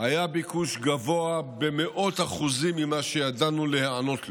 היה ביקוש גבוה במאות אחוזים ממה שידענו להיענות לו.